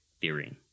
theory